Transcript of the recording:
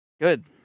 Good